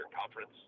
Conference